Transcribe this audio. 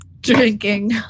Drinking